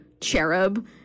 cherub